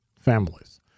families